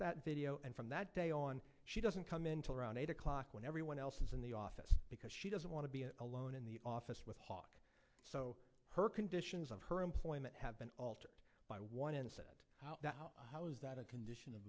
that video and from that day on she doesn't come into around eight o'clock when everyone else is in the office because she doesn't want to be alone in the office with her so her conditions of her employment have been altered by one incident now how's that a